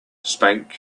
spank